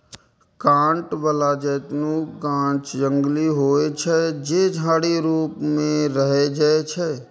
कांट बला जैतूनक गाछ जंगली होइ छै, जे झाड़ी रूप मे रहै छै